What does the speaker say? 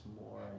more